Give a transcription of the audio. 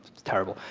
it's terrible.